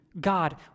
God